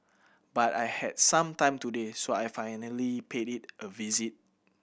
but I had some time today so I finally paid it a visit